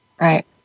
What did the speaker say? Right